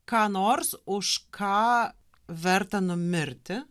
ką nors už ką verta numirti